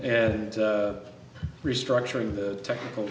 and restructuring the technical